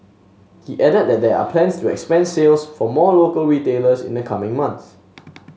he added that there are plans to expand sales to more local retailers in the coming months